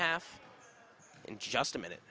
half in just a minute